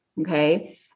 okay